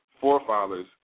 forefathers